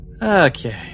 Okay